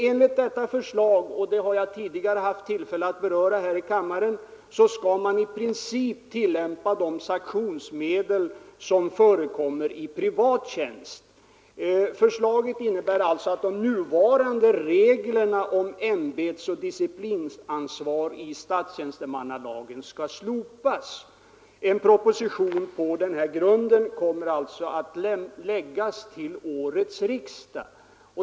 Enligt detta förslag — det har jag tidigare haft tillfälle att beröra här i kammaren — skall man i princip tillämpa de sanktionsmedel som förekommer i privat tjänst. Förslaget innebär alltså att de nuvarande reglerna om ämbetsansvar och disciplinstraff i statstjänstemannalagen skall slopas. En proposition, grundad på detta förslag, kommer att framläggas till årets riksdag.